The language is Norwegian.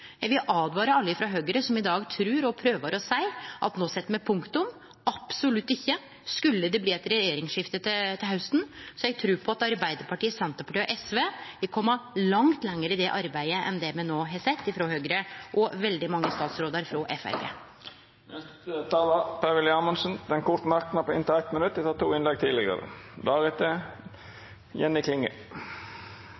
Eg vil åtvare alle frå Høgre som i dag trur og prøver å seie at me no set punktum. Absolutt ikkje – skulle det bli eit regjeringsskifte til hausten, har eg tru på at Arbeidarpartiet, Senterpartiet og SV vil kome langt lenger i det arbeidet enn me no har sett frå Høgre og veldig mange statsrådar frå Framstegspartiet. Per-Willy Amundsen har hatt ordet to gonger tidlegare og får ordet til ein kort merknad, avgrensa til 1 minutt.